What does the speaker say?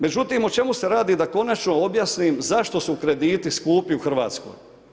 Međutim o čemu se radi da konačno objasnim zašto su krediti skupi u Hrvatskoj?